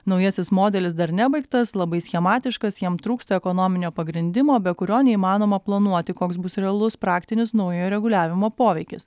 naujasis modelis dar nebaigtas labai schematiškas jam trūksta ekonominio pagrindimo be kurio neįmanoma planuoti koks bus realus praktinis naujojo reguliavimo poveikis